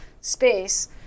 space